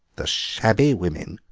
the shabby women?